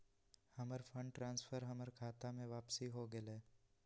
हमर fund transfer हमर खता में वापसी हो गेलय